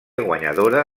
guanyadora